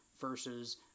Versus